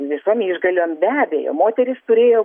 visom išgalėm be abejo moterys turėjo